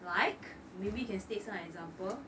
like maybe you can state some example